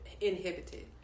inhibited